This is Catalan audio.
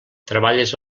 treballes